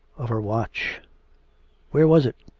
of her watch where was it?